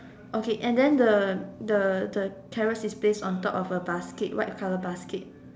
okay and then the the the carrots is placed on top of a basket a white colour basket